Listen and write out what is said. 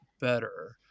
better